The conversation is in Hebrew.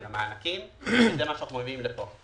של המענקים זה מה שאנחנו מביאים לפה.